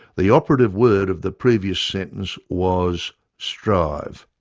the operative word of the previous sentence was strive.